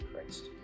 Christ